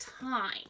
time